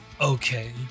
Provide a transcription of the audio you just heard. Okay